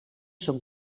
són